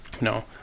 No